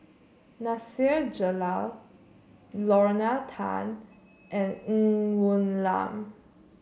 Nasir Jalil Lorna Tan and Ng Woon Lam